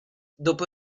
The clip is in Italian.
dopo